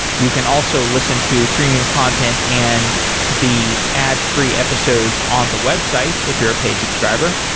you can also listen to premium content and the ad free episodes on the website if you're a paid subscriber.